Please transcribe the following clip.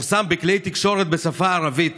פורסם בכלי תקשורת בשפה הערבית